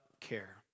care